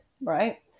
right